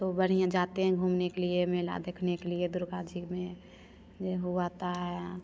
तो बढ़िया जाते हैं घूमने के लिए मेला देखने के लिए दुर्गा जी में जे हू आता है